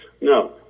No